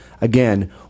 Again